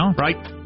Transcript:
Right